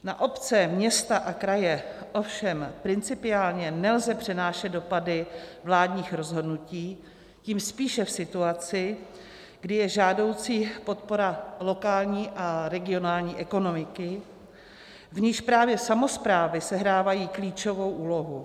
Na obce, města a kraje ovšem principiálně nelze přenášet dopady vládních rozhodnutí, tím spíše v situaci, kdy je žádoucí podpora lokální a regionální ekonomiky, v níž právě samosprávy sehrávají klíčovou úlohu.